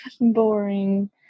Boring